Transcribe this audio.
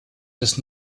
dass